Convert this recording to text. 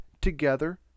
together